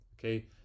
Okay